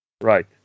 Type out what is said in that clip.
right